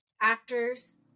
actors